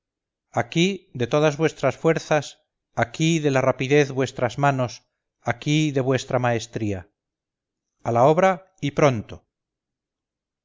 aquí de todas vuestras fuerzas aquí de la rapidez vuestras manos aquí de vuestra maestría a la obra y pronto